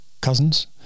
cousins